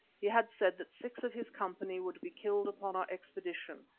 he had said that six of his company would be killed upon our expedition,